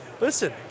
listen